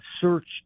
search